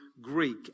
Greek